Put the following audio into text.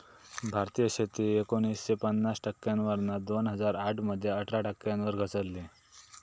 भारतीय शेती एकोणीसशे पन्नास टक्क्यांवरना दोन हजार आठ मध्ये अठरा टक्क्यांवर घसरली